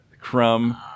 Crumb